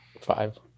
Five